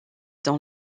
dans